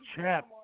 chap